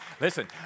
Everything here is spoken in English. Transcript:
listen